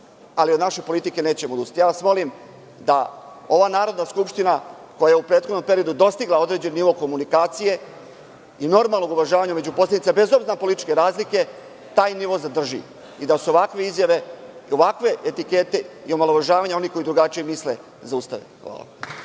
ali od naše politike nećemo odustati. Ja vas molim da ova Narodna skupština, koja je u prethodnom periodu dostigla određeni nivo komunikacije i normalnog uvažavanja među poslanicima, bez obzira na političke razlike, taj nivo zadrži i da se ovakve izjave, ovakve etikete i omalovažavanje onih koji drugačije misle, zaustave.